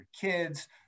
kids